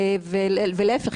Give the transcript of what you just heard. ולהיפך,